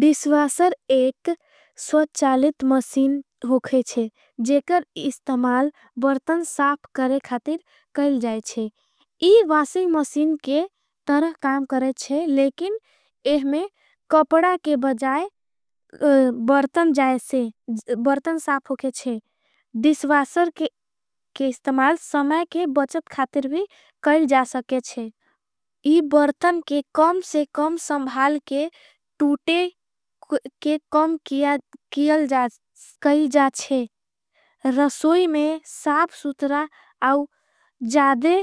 डिस्वासर एक स्वचालित मशीन होगे जेकर इस्तमाल। बर्तन साप करे खातिर कईल जाएचे इवासिंग मशीन के। तरह काम करेचे लेकिन एहमें कपड़ा के बजाए बर्तन। साप होगेचे डिस्वासर के इस्तमाल समय के बचत। खातिर भी काईल जा सकेचे इवासिंग बर्तन के कम से। कम संभाल के तूटे के कम काईल जाएचे रसोय में। साप सुत्रा अव जादे